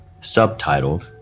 subtitled